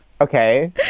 Okay